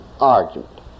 argument